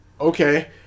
okay